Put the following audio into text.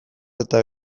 eta